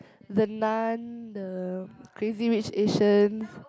the Nun the Crazy Rich Asian